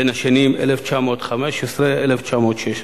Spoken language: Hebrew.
בשנים 1915 1916,